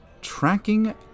tracking